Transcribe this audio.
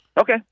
Okay